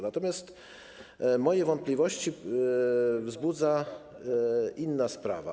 Natomiast moje wątpliwości wzbudza inna sprawa.